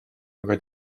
aga